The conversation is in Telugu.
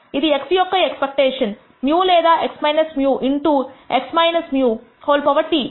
ఇది x యొక్క ఎక్స్పెక్టేషన్స్ μ లేదా x μ ఇన్టూ x - μT